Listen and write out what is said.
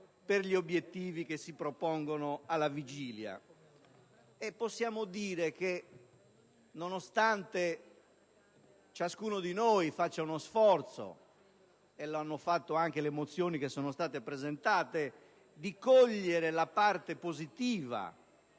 per gli obiettivi che si propongono alla vigilia. E possiamo dire che nonostante ciascuno di noi faccia uno sforzo - l'hanno fatto anche le mozioni presentate - per cogliere la parte positiva